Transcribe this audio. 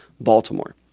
Baltimore